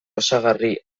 osagarri